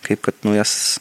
kaip kad naujas